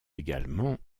également